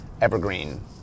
Evergreen